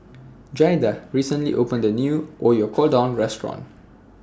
Jaida recently opened A New Oyakodon Restaurant